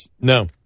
No